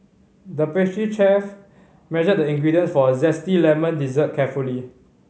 the pastry chef measured the ingredients for a zesty lemon dessert carefully